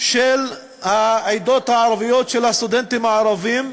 של העדות הערביות, של הסטודנטים הערבים,